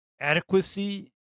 adequacy